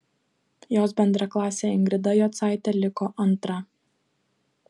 jos bendraklasė ingrida jocaitė liko antra